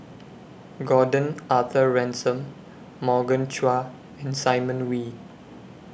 Gordon Arthur Ransome Morgan Chua and Simon Wee